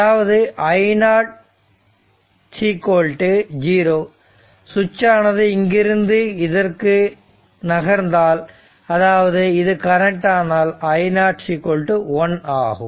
அதாவது i0 0 ஸ்விட்ச் ஆனது இங்கிருந்து இதற்கு நகர்ந்தால் அதாவது இது கனெக்ட் ஆனால் i0 1 ஆகும்